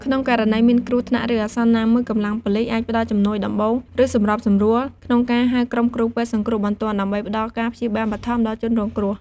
ក្នុងករណីមានគ្រោះថ្នាក់ ឬអាសន្នណាមួយ កម្លាំងប៉ូលិសអាចផ្តល់ជំនួយដំបូង ឬសម្របសម្រួលក្នុងការហៅក្រុមគ្រូពេទ្យសង្គ្រោះបន្ទាន់ ដើម្បីផ្តល់ការព្យាបាលបឋមដល់ជនរងគ្រោះ។